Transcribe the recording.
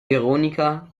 veronica